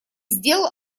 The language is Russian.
сделал